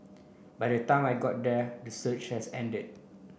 by the time I got there the surge has ended